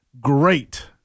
great